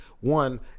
one